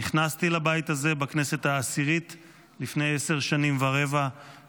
נכנסתי לבית הזה בכנסת העשירית לפני עשר שנים ורבע,